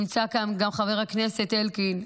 נמצא כאן גם חבר הכנסת אלקין,